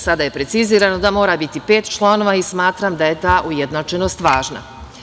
Sada je precizirano da mora biti pet članova i smatram da je ta ujednačenost važna.